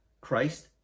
Christ